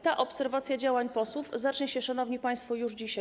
Ta obserwacja działań posłów zacznie się, szanowni państwo, już dzisiaj.